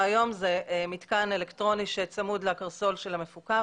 היום היא מתקן אלקטרוני שצמוד לקרסול של המפוקח.